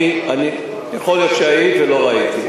יכול להיות שהיית ולא ראיתי.